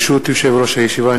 ברשות יושב-ראש הישיבה,